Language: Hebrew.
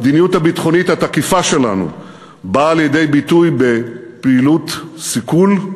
המדיניות הביטחונית התקיפה שלנו באה לידי ביטוי בפעילות סיכול,